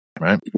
right